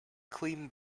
clean